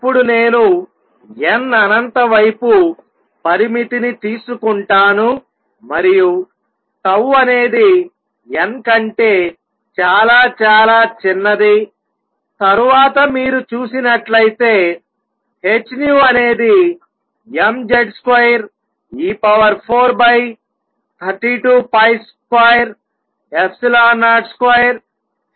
ఇప్పుడు నేను n అనంత వైపు పరిమితిని తీసుకుంటాను మరియు τ అనేది n కంటే చాలా చాలా చిన్నది తరువాత మీరు చూసినట్లయితే h అనేది mZ2e432202h2n2τn4 గా వస్తుంది